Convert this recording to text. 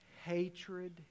hatred